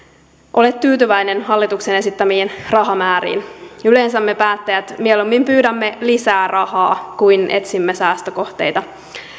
ole tyytyväinen hallituksen esittämiin rahamääriin yleensä me päättäjät mieluummin pyydämme lisää rahaa kuin etsimme säästökohteita